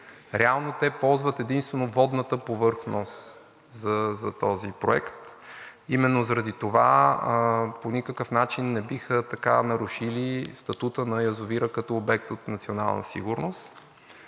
Реално те ползват единствено водната повърхност за този проект, именно заради това по никакъв начин не биха нарушили статута на язовира като обект от национална сигурност.